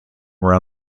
around